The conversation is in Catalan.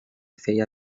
feia